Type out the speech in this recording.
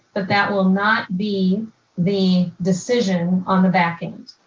but that will not be the decision on the back end.